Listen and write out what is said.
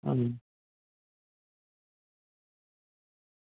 હમ્મ